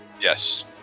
Yes